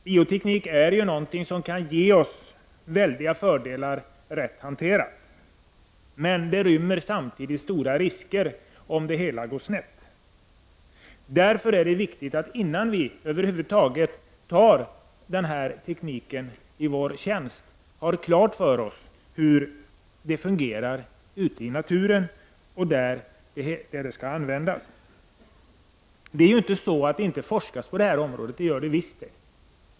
Bioteknik är någonting som, rätt hanterad, kan ge stora fördelar, men den rymmer samtidigt stora risker, om det hela går snett. Därför är det viktigt att man, innan man över huvud taget tar denna teknik i sin tjänst, har klart för sig hur det fungerar ute i naturen och där tekniken skall användas. Det är inte så att det inte forskas på detta område — det gör det visst.